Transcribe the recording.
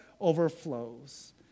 overflows